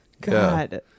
God